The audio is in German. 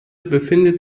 befindet